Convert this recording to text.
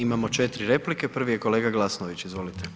Imamo 4 replike, prvi je kolega Glasnović, izvolite.